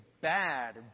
bad